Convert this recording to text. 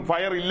Fire